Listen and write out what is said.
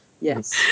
Yes